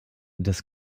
das